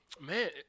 Man